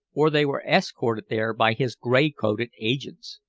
or they were escorted there by his gray-coated agents.